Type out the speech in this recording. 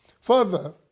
Further